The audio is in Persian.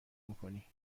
میکنی